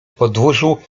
podwórzu